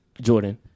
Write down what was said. Jordan